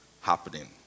happening